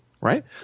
right